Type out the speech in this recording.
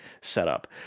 setup